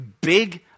big